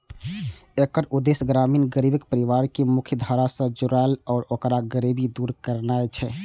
एकर उद्देश्य ग्रामीण गरीब परिवार कें मुख्यधारा सं जोड़नाय आ ओकर गरीबी दूर करनाय छै